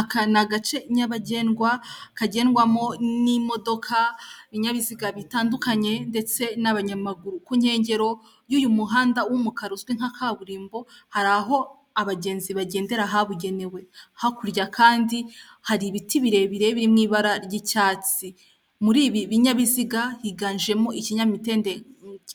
Aka ni agace nyabagendwa, kagendwamo n'imodoka, ibinyabiziga bitandukanye, ndetse n'abanyamaguru ku nkengero y'uyu muhanda w'umukara uzwi nka kaburimbo, hari aho abagenzi bagendera ahabugenewe, hakurya kandi hari ibiti birebire biri mu ibara ry'icyatsi. Muri ibi binyabiziga higanjemo ikinyamitende